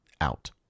out